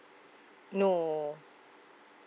no